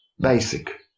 basic